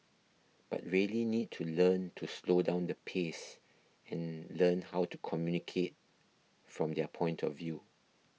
but really need to learn to slow down the pace and learn how to communicate from their point of view